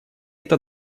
это